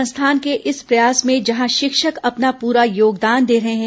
संस्थान के इस प्रयास में जहां शिक्षक अपना पूरा योगदान दे रहे हैं